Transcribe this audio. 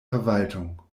verwaltung